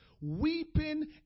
weeping